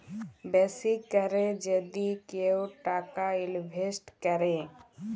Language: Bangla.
বেশি ক্যরে যদি কেউ টাকা ইলভেস্ট ক্যরে